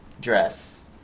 dress